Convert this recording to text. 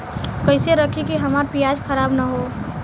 कइसे रखी कि हमार प्याज खराब न हो?